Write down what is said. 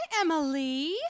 Emily